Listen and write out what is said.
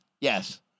yes